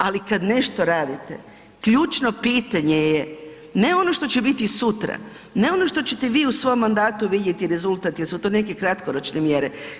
Ali kad nešto radite, ključno pitanje je, ne ono što će biti sutra, ne ono što ćete vi u svom mandatu vidjeti rezultat jer su to neke kratkoročne mjere.